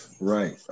right